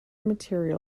material